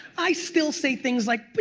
i still say things like but